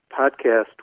podcast